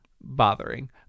bothering